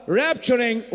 rapturing